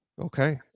Okay